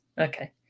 okay